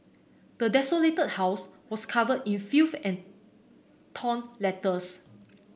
the desolated house was covered in filth and torn letters